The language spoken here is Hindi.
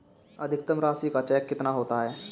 अधिकतम राशि का चेक कितना होता है?